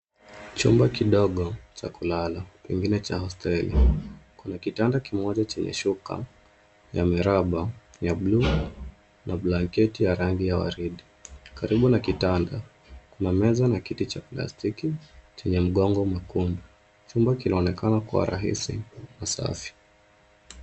Chumba kidogo cha kulala pengine cha hosteli. Kuna kitanda kimoja chenye shuka ya miraba ya buluu na blanketi ya rangi ya waridi. Karibu na kitanda, kuna meza na kiti cha plastiki chenye mgongo mwekundu. Chumba kinaonekana kuwa rahisi na safi.